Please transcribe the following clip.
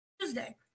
Tuesday